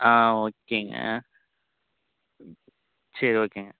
ஆ ஓகேங்க ம் சரி ஓகேங்க